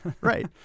right